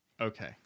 Okay